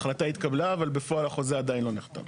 ההחלטה התקבלה אבל בפועל החוזה עדין לא נחתם.